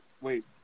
Wait